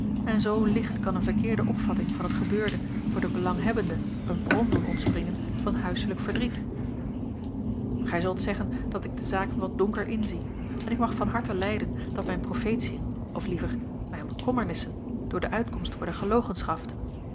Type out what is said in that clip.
en zoo licht kan een verkeerde opvatting van het gebeurde voor de belanghebbenden een bron doen ontspringen van huiselijk verdriet gij zult zeggen dat ik de zaken wat donker inzie en ik mag van harte lijden dat mijn profetiën of liever mijn bekommernissen door de uitkomst